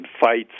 fights